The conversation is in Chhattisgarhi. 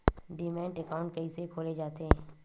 डीमैट अकाउंट कइसे खोले जाथे?